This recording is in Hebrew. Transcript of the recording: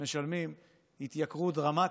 משלמים התייקרו דרמטית,